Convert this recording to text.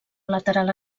lateral